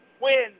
win